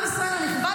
עם ישראל הנכבד,